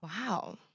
Wow